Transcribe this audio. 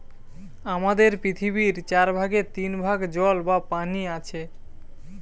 আমাদের পৃথিবীর চার ভাগের তিন ভাগ জল বা পানি আছে